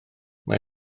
mae